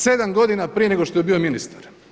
7 godina prije nego što je bio ministar.